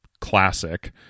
classic